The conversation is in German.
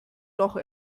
doch